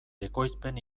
ekoizpen